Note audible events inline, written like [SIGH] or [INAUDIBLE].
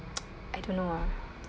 [NOISE] I don't know ah